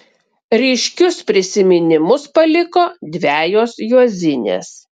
ryškius prisiminimus paliko dvejos juozinės